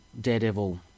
Daredevil